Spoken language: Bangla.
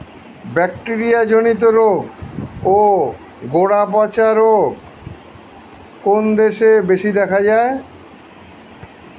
ব্যাকটেরিয়া জনিত রোগ ও গোড়া পচা রোগ কোন দেশে বেশি দেখা যায়?